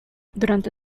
durante